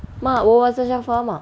mak berbual pasal shafa mak